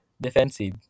defensive